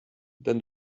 then